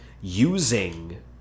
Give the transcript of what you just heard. using